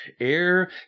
air